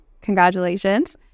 congratulations